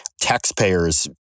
taxpayers